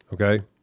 Okay